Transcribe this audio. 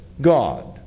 God